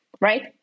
right